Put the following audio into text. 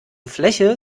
fläche